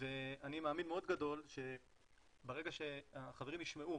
ואני מאמין מאוד גדול שברגע שהחברים ישמעו,